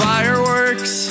Fireworks